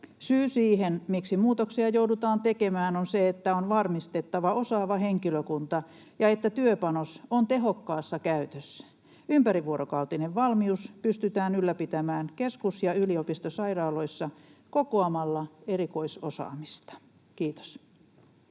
Syy siihen, miksi muutoksia joudutaan tekemään, on se, että on varmistettava osaava henkilökunta ja että työpanos on tehokkaassa käytössä. Ympärivuorokautinen valmius pystytään ylläpitämään keskus- ja yliopistosairaaloissa kokoamalla erikoisosaamista. — Kiitos.